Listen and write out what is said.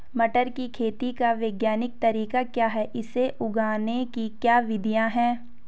टमाटर की खेती का वैज्ञानिक तरीका क्या है इसे उगाने की क्या विधियाँ हैं?